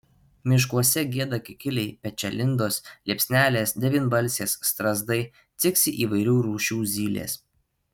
miškuose gieda kikiliai pečialindos liepsnelės devynbalsės strazdai ciksi įvairių rūšių zylės